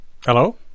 Hello